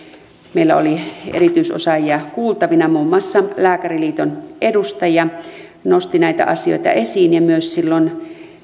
meillä oli erityisosaajia kuultavina muun muassa lääkäriliiton edustaja nosti näitä asioita esiin ja silloin